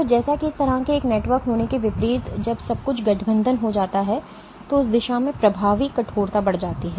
तो जैसा कि इस तरह के एक नेटवर्क होने के विपरीत जब सब कुछ गठबंधन हो जाता है तो उस दिशा में प्रभावी कठोरता बढ़ जाती है